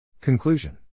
Conclusion